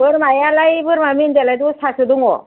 बोरमायालाय बोरमा मेन्दायालाय दसथासो दङ